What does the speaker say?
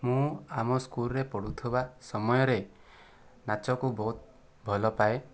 ମୁଁ ଆମ ସ୍କୁଲରେ ପଢ଼ୁଥିବା ସମୟରେ ନାଚକୁ ବହୁତ ଭଲପାଏ